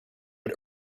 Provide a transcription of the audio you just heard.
but